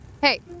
hey